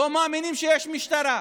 לא מאמינים שיש משטרה,